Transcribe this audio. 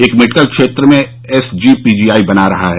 एक मेडिकल क्षेत्र में एसजीपीजीआई में बन रहा है